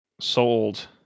sold